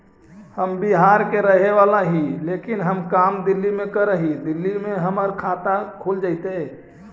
हम बिहार के रहेवाला हिय लेकिन हम काम दिल्ली में कर हिय, दिल्ली में हमर खाता खुल जैतै?